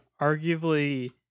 arguably